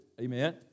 Amen